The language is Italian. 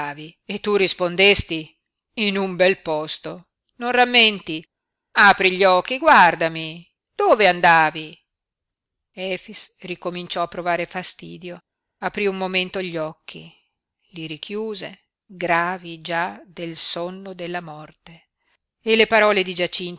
e tu rispondesti in un bel posto non rammenti apri gli occhi guardami dove andavi efix ricominciò a provare fastidio aprí un momento gli occhi li richiuse gravi già del sonno della morte e le parole di